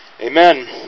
Amen